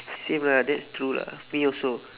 same lah that's true lah me also